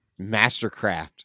mastercraft